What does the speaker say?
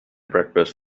breakfast